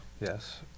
Yes